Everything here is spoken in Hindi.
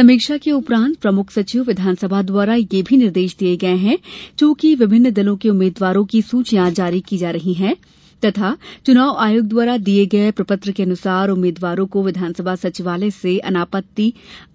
समीक्षा के उपरांत प्रमुख सचिव विधानसभा द्वारा यह भी निर्देश दिए गए कि चूंकि विभिन्न दलों के उम्मीदवारों की सूचियां जारी की जा रही है तथा चुनाव आयोग द्वारा दिए गए प्रपत्र के अनुसार उम्मीदवारों को विधानसभा सचिवालय से अनापत्ति